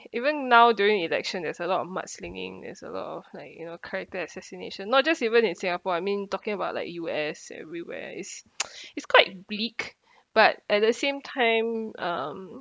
even now during election there's a lot of mudslinging there's a of like you know character assassination not just even in singapore I mean talking about like U_S everywhere it's it's quite bleak but at the same time um